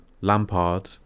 Lampard